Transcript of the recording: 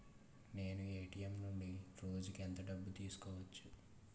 నేను ఎ.టి.ఎం నుండి రోజుకు ఎంత డబ్బు తీసుకోవచ్చు?